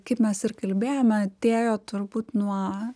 kaip mes ir kalbėjome atėjo turbūt nuo